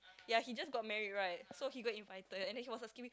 ya he just got married right so he got invited and then he was asking me